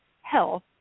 health